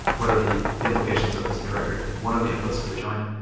what are the the implications of this new record and one of the inputs to the join.